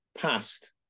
past